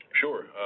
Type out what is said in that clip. Sure